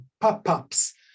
pop-ups